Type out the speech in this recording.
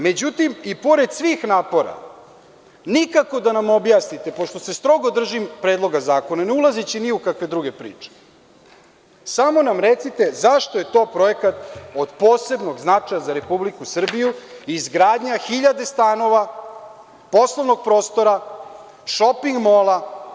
Međutim, i pored svih napora, nikako da nam objasnite, pošto se strogo držim Predloga zakona, ne ulazeći ni u kakve druge priče, samo nam recite zašto je to projekat od posebnog značaja za Republiku Srbiju, izgradnja hiljade stanova, poslovnog prostora, šoping mola?